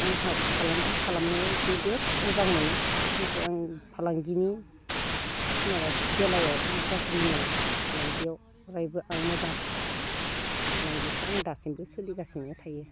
आंहा फालांगि खालामनायाव जोबोद मोजां मोनो नाथाय आं फालांगिनि माबा बेलायाव आं गाज्रि नङा फालांगियाव अरायबो आं मोजांखा फालांगिखो आं दासिमबो सोलिगासिनो थायो